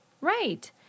right